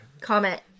Comment